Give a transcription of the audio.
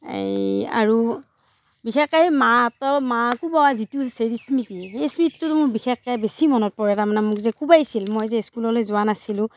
এই আৰু বিশেষকে সেই মাহঁতৰ মা কোবোৱা যিটো স্মৃতি সেই স্মৃতিটো মোৰ বিশেষকৈ বেছি মনত পৰে তাৰমানে মোক যে কোবাইছিল মই যে স্কুললৈ যোৱা নাছিলো